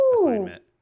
assignment